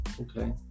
okay